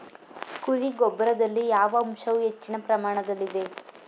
ಕುರಿ ಗೊಬ್ಬರದಲ್ಲಿ ಯಾವ ಅಂಶವು ಹೆಚ್ಚಿನ ಪ್ರಮಾಣದಲ್ಲಿದೆ?